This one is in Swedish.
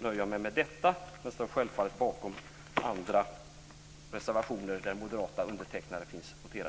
nöjer jag mig med det. Jag står självfallet bakom andra reservationer där moderata undertecknare finns noterade.